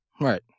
Right